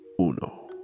Uno